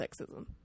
sexism